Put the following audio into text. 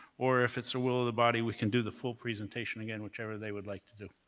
or if it's the will of the body, we can do the full presentation again, whichever they would like to do.